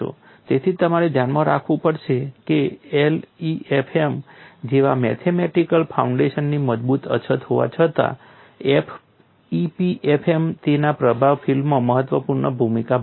તેથી તમારે ધ્યાનમાં રાખવું પડશે કે LEFM જેવા મેથેમેટિકલ ફાઉન્ડેશનની મજબૂત અછત હોવા છતાં EPFM તેના પ્રભાવના ફીલ્ડમાં મહત્વપૂર્ણ ભૂમિકા ભજવે છે